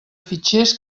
fitxers